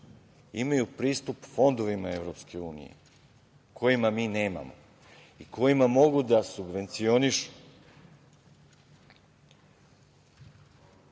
imaju pristup fondovima EU kojima mi nemamo i kojima mogu da subvencionišu